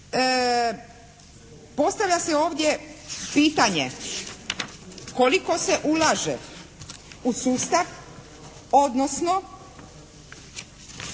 Postavlja se ovdje pitanje koliko se ulaže u sustav odnosno